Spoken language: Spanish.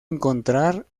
encontrar